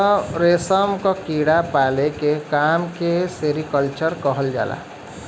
रेशम क कीड़ा पाले के काम के सेरीकल्चर कहल जाला